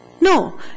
No